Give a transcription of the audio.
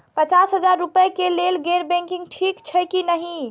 पचास हजार रुपए के लेल गैर बैंकिंग ठिक छै कि नहिं?